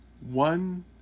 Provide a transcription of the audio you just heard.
one